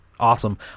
awesome